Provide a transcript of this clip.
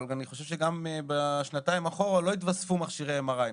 אבל אני חושב שגם בשנתיים האלה לא התווספו מכשירי MRI,